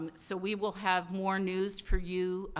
um so, we will have more news for you,